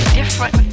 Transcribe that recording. different